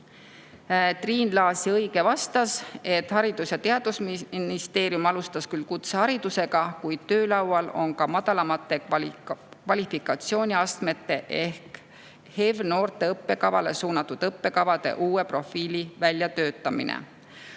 Triin Laasi-Õige vastas, et Haridus- ja Teadusministeerium alustas küll kutseharidusega, kuid töölaual on ka madalamate kvalifikatsiooniastmete ehk HEV-noorte õppekavale suunatud õppekavade uue profiili väljatöötamine.